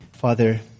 Father